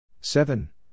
seven